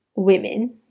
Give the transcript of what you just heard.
women